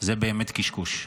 זה באמת קשקוש.